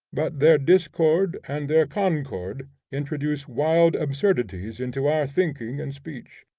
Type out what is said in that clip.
but their discord and their concord introduce wild absurdities into our thinking and speech.